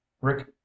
rick